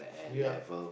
yup